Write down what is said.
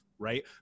Right